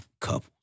couples